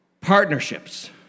Partnerships